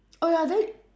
oh ya then